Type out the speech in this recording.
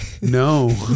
no